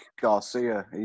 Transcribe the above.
Garcia